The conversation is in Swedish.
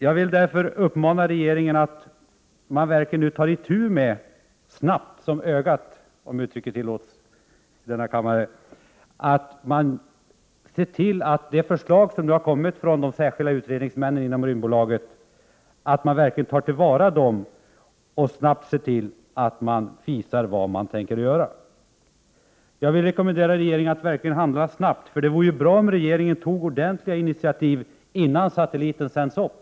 Jag vill därför uppmana regeringen att snabbt som ögat, om uttrycket tillåts, se till att de förslag som kommit från de särskilda utredningsmännen inom Rymdbolaget beaktas och att regeringen visar vad den tänker göra. Jag vill rekommendera regeringen att verkligen handla snabbt, för det vore bra om regeringen tog ordentliga initiativ innan satelliten sänds upp.